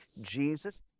Jesus